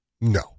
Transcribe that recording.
No